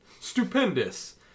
Stupendous